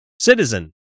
citizen